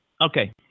okay